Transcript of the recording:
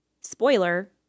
Spoiler